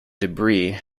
debris